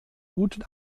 guten